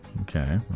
Okay